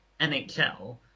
NHL